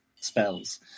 Spells